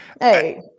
Hey